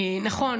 נכון,